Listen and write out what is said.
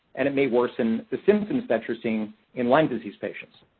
and it may worsen the symptoms that you're seeing in lyme disease patients.